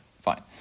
Fine